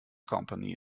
company